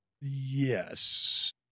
Yes